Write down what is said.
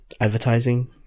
advertising